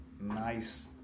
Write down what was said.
Nice